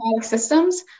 systems